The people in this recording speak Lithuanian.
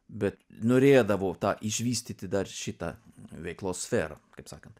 bet norėdavo tą išvystyti dar šitą veiklos sferą kaip sakant